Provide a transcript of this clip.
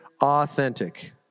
authentic